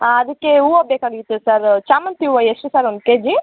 ಅದಕ್ಕೆ ಹೂವ ಬೇಕಾಗಿತ್ತು ಸರ್ ಚಾಮಂತಿ ಹೂವು ಎಷ್ಟು ಸರ್ ಒಂದು ಕೆಜಿ